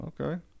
Okay